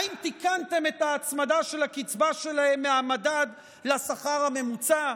האם תיקנתם את ההצמדה של הקצבה שלהם מהמדד לשכר הממוצע,